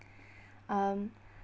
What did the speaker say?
um